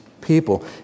people